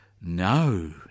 No